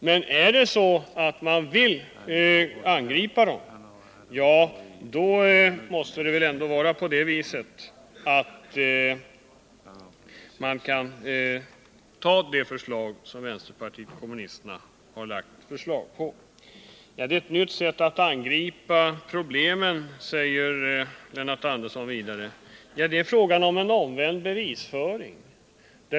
Men vill man angripa dem borde man ta det förslag som vpk har lagt fram. Det skulle vara ett nytt sätt att angripa problemen, säger Lennart Andersson vidare. Ja, det är fråga om omvänd bevisföring.